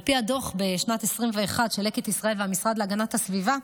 על פי הדוח של לקט ישראל והמשרד להגנת הסביבה,